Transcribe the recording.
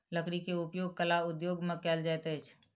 लकड़ी के उपयोग कला उद्योग में कयल जाइत अछि